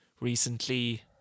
recently